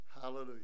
Hallelujah